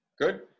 Good